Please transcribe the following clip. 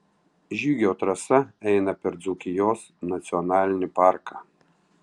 žygio trasa eina per dzūkijos nacionalinį parką